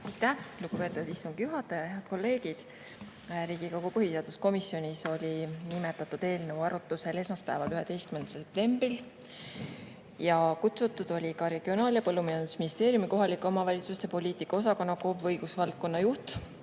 Aitäh, lugupeetud istungi juhataja! Head kolleegid! Riigikogu põhiseaduskomisjonis oli nimetatud eelnõu arutlusel esmaspäeval, 11. septembril. Kutsutud olid ka Regionaal- ja Põllumajandusministeeriumi kohalike omavalitsuste poliitika osakonna KOV õigusvaldkonna juht